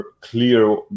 clear